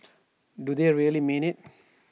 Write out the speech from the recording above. do they really mean IT